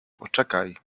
poczekaj